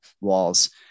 walls